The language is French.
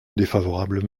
défavorable